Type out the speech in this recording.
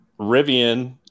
Rivian